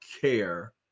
care